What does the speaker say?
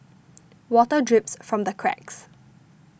water drips from the cracks